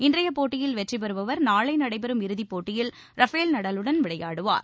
இன்றையப் போட்டியில் வெற்றிபெறுபவர் நாளை நடைபெறும் இறுதி போட்டியில் ரபேல் நடாலுடன் விளையாடுவார்